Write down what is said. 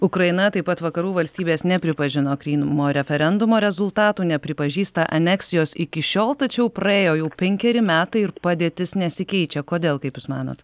ukraina taip pat vakarų valstybės nepripažino krymo referendumo rezultatų nepripažįsta aneksijos iki šiol tačiau praėjo jau penkeri metai ir padėtis nesikeičia kodėl taip jūs manot